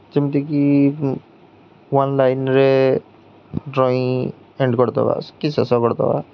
ଯେମିତିକି ୱାନ୍ ଲାଇନ୍ରେ drawing end କରିଦେବା କି ଶେଷ କରିଦେବା